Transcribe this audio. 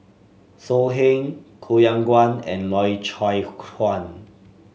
So Heng Koh Yong Guan and Loy Chye Chuan